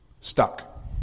Stuck